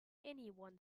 anyone